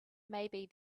maybe